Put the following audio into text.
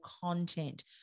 content